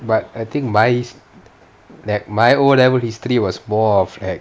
but I think mine is that my O level history was more of like